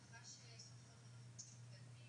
גם של כתמים,